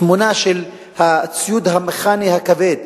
תמונה של הציוד המכני הכבד,